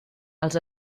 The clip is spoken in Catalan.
els